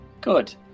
Good